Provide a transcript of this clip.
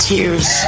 Tears